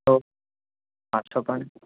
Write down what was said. hello చెప్పండి